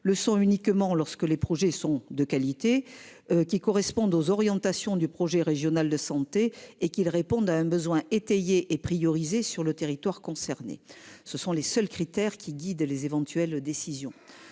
le sont uniquement lorsque les projets sont de qualités qui correspondent aux orientations du projet régional de santé et qu'ils répondent à un besoin étayé et prioriser sur le territoire concerné, ce sont les seuls critères qui guide les éventuelles décisions.